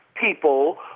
people